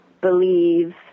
believe